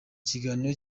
kiganiro